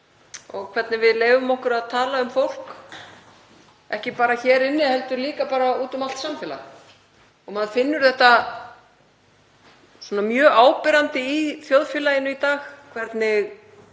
og hvernig við leyfum okkur að tala um fólk, ekki bara hér inni heldur líka úti um allt samfélag. Maður finnur þetta mjög vel í þjóðfélaginu í dag, hvernig